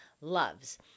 loves